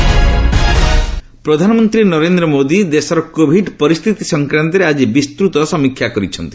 PM ପ୍ରଧାନମନ୍ତ୍ରୀ ନରେନ୍ଦ୍ର ମୋଦୀ ଦେଶର Covid ପରିସ୍ଥିତି ସଂକ୍ରାନ୍ତରେ ଆଜି ବିସ୍ତୃତ ସମୀକ୍ଷା କରିଛନ୍ତି